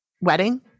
wedding